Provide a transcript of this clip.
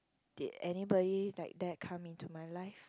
did anybody like that come into my life